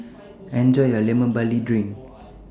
Enjoy your Lemon Barley Drink